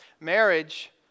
Marriage